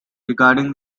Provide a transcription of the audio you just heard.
regarding